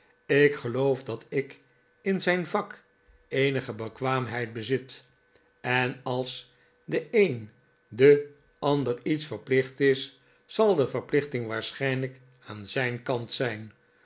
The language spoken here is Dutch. ik geloof dat ik in zijn vak eenige bekwaamheid bezit en als de een den ander iets verplicht is zal de verplichting waarschijnlijk aan zijn kant zijn